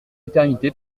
éternité